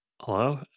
Hello